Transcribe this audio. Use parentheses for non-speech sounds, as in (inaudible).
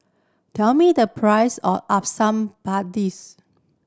tell me the price of asam (unintelligible)